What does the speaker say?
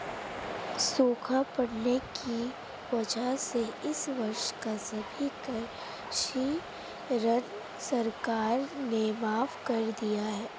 सूखा पड़ने की वजह से इस वर्ष का सभी कृषि ऋण सरकार ने माफ़ कर दिया है